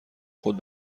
خود